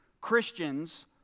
Christians